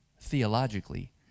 theologically